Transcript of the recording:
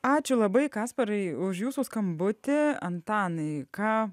ačiū labai kasparai už jūsų skambutį antanai ką